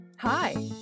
Hi